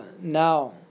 now